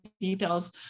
details